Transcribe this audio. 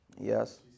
Yes